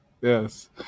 Yes